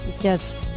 Yes